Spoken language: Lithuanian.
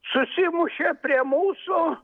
susimušė prie mūsų